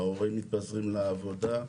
ההורים מתפזרים לעבודה,